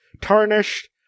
tarnished